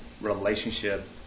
relationship